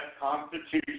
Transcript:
Constitution